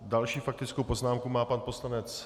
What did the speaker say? Další faktickou poznámku má pan poslanec...